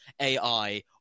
AI